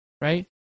right